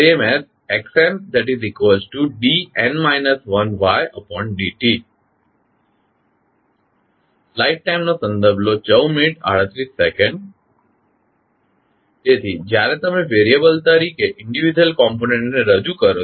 xntdn 1ydt તેથી જ્યારે તમે વેરીયબલ તરીકે વ્યક્તિગત ઘટક ને રજુ કરો